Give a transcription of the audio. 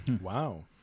Wow